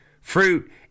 fruit